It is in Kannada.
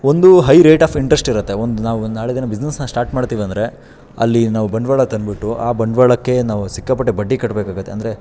ಒಂದು ಹೈ ರೇಟ್ ಆಫ್ ಇಂಟ್ರೆಸ್ಟ್ ಇರುತ್ತೆ ಒಂದು ನಾವು ಒಂದು ನಾಳೆ ದಿನ ಬಿಸ್ನಸ್ನ ಸ್ಟಾರ್ಟ್ ಮಾಡ್ತೀವಿ ಅಂದರೆ ಅಲ್ಲಿ ನಾವು ಬಂಡವಾಳ ತಂದ್ಬಿಟ್ಟು ಆ ಬಂಡವಾಳಕ್ಕೆ ನಾವು ಸಿಕ್ಕಾಪಟ್ಟೆ ಬಡ್ಡಿ ಕಟ್ಬೇಕಾಗತ್ತೆ ಅಂದರೆ